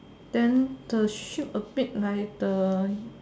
then the shoot a bit like the